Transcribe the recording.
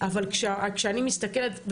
אבל כשאני מסתכלת,